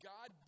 God